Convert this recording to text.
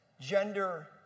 gender